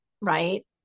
right